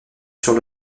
sur